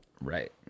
Right